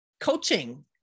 coaching